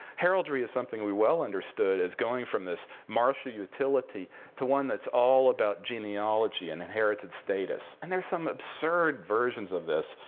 heraldry is something we well understood as going from this marshy utility to one that's all about genealogy and inherited status. and there are some absurd versions of this.